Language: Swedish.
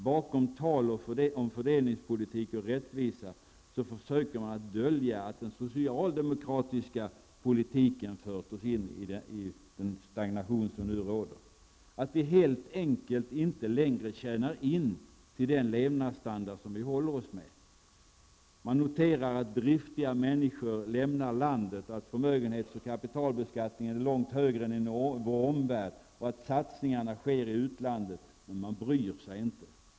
Bakom sitt tal om fördelningspolitik och rättvisa försöker man dölja att den socialdemokratiska politiken har fört oss in i den stagnation som nu råder, att vi helt enkelt inte längre tjänar in den levnadsstandard som vi håller oss med. Man noterar att driftiga människor lämnar landet, att förmögenhets och kapitalbeskattningen är långt hårdare jämfört med hur det är i vår omvärld och att satsningarna sker i utlandet. Men man bryr sig inte.